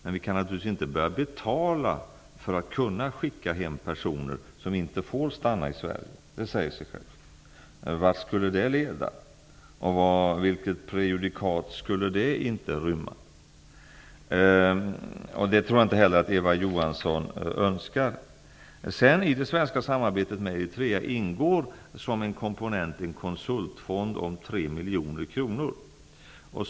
Men vi kan naturligtvis inte betala för att kunna skicka hem personer som inte får stanna i Sverige. Det säger sig självt. Vad skulle det leda till? Och vilket prejudikat skulle det inte rymma? Jag tror inte heller att Eva Johansson önskar en sådan utveckling. I det svenska samarbetet med Eritrea ingår som en komponent en konsultfond om 3 miljoner kronor.